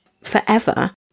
forever